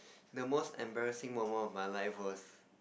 the most embarrassing moment of my life was